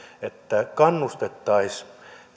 että kannustettaisiin